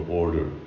order